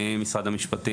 אני ממשרד המשפטים.